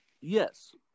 Yes